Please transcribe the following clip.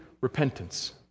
repentance